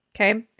okay